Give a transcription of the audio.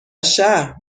شهر